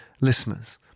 listeners